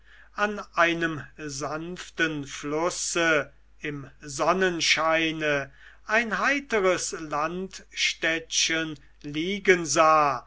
an einem sanften flusse im sonnenscheine ein heiteres landstädtchen liegen sah